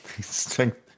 Strength